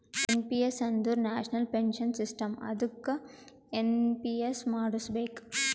N P S ಅಂದುರ್ national pension system ಅದ್ದುಕ NPS ಮಾಡುಸ್ಬೇಕ್